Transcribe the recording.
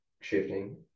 shifting